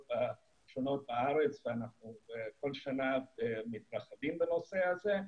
שונות בארץ ואנחנו כל שנה מתרחבים בנושא הזה.